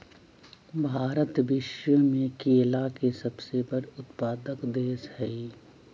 भारत विश्व में केला के सबसे बड़ उत्पादक देश हई